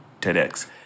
TEDx